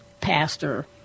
pastor